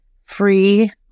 free